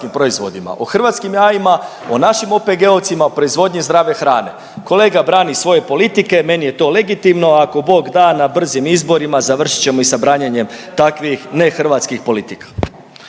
o hrvatskim jajima, o našim OPG-ovcima, proizvodnji zdrave hrane. Kolega brani svoje politike, meni je to legitimno, ako Bog da, na brzim izborima završit ćemo i sa branjenjem takvih nehrvatskih politika.